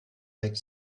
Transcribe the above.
like